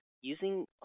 using